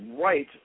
right